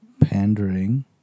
Pandering